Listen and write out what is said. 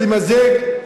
למזג,